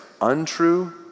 untrue